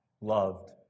loved